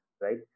right